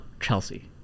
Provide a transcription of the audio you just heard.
chelsea